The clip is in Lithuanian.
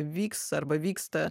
vyks arba vyksta